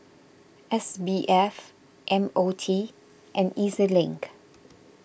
S B F M O T and E Z Link